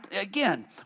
again